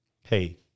Hey